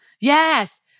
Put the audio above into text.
Yes